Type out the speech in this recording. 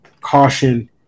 caution